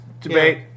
debate